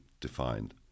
defined